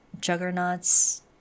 Juggernaut's